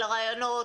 על הרעיונות,